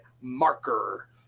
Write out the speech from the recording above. marker